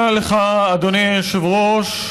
תודה לך, אדוני היושב-ראש.